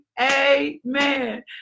amen